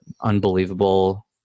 unbelievable